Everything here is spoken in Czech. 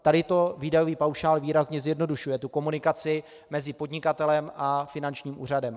Tady to výdajový paušál výrazně zjednodušuje, tu komunikaci mezi podnikatelem a finančním úřadem.